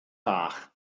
bach